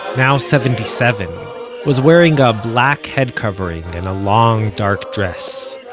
now seventy-seven, was wearing a black head covering and a long dark dress.